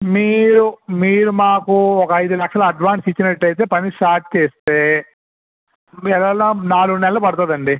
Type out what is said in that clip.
మీరు మీరు మాకు ఒక ఐదు లక్షలు అడ్వాన్స్ ఇచ్చినట్లు అయితే పని స్టార్ట్ చేస్తే మిగత నాలుగు నెలలు పడుతుంది అండి